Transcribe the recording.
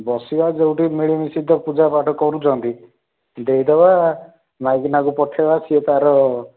ବସିବା ଯେଉଁଟି ମିଳିମିଶି ତ ପୂଜାପାଠ କରୁଛନ୍ତି ଦେଇଦେବା ମାଇକିନାକୁ ପଠେଇବା ସିଏ ତା ର